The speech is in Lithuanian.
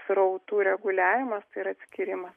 srautų reguliavimas ir atskyrimas